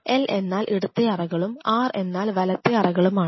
L എന്നാൽ ഇടത്തെ അറകളും R എന്നാൽ വലത്തെ അറകളുമാണ്